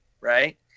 right